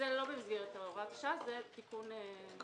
זה לא במסגרת הוראת השעה אלא זה תיקון קבוע.